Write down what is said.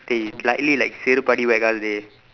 dey slightly like செருப்படி:seruppadi whack us dey